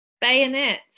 Bayonets